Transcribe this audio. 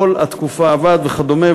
כל התקופה עבד וכדומה,